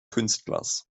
künstlers